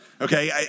Okay